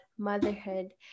Motherhood